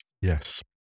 Yes